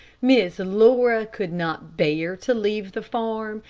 miss laura could not bear to leave the farm,